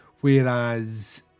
Whereas